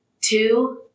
Two